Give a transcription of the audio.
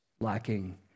lacking